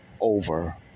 over